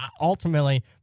ultimately